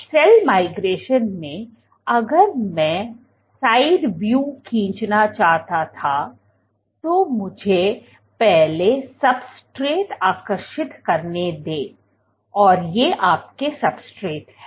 cell migration में अगर मैं साइड व्यू खींचना चाहता था तो मुझे पहले सब्सट्रेट आकर्षित करने दें और ये आपके सब्सट्रेट हैं